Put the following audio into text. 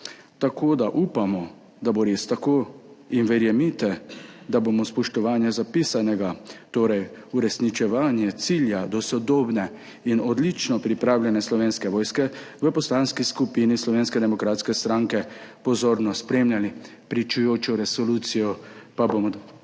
bataljona. Upamo, da bo res tako, in verjemite, da bomo spoštovanje zapisanega, torej uresničevanje cilja do sodobne in odlično pripravljene Slovenske vojske v Poslanski skupini Slovenske demokratske stranke pozorno spremljali. Pričujočo resolucijo pa bomo